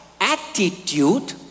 attitude